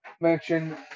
mention